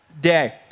day